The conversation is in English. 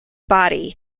body